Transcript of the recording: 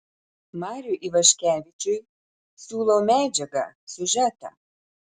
mariui ivaškevičiui siūlau medžiagą siužetą